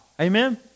amen